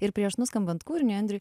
ir prieš nuskambant kūriniui andriui